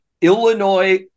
Illinois